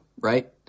Right